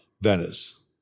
Venice